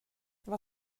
vad